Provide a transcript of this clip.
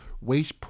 Waste